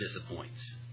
disappoints